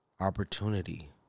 opportunity